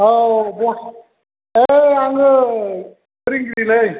औ बस ओ आङो फोरोंगिरिलै